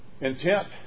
Intent